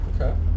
Okay